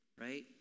right